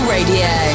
Radio